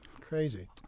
Crazy